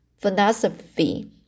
philosophy